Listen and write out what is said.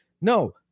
no